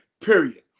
period